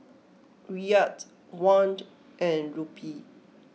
Riyal Won and Rupee